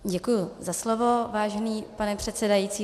Děkuji za slovo, vážený pane předsedající.